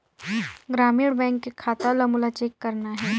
ग्रामीण बैंक के खाता ला मोला चेक करना हे?